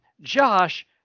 Josh